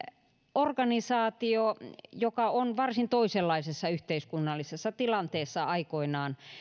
organisaatio joka on varsin toisenlaisessa yhteiskunnallisessa tilanteessa aikoinaan